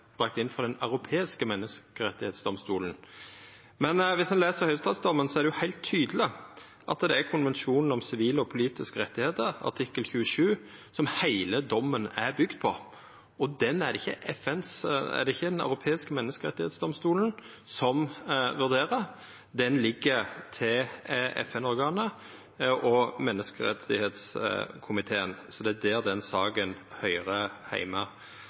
bringa inn for Den europeiske menneskerettsdomstolen. Viss ein les høgsterettsdommen, er det heilt tydeleg at det er konvensjonen om sivile og politisk rettar, artikkel 27, som heile dommen er bygd på. Det er ikkje Den europeiske menneskerettsdomstolen som vurderer han, det ligg til FN-organet og menneskerettskomiteen. Det er der denne saka høyrer heime.